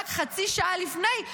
רק חצי שעה לפני,